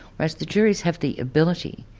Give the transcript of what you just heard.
whereas the juries have the ability,